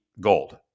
gold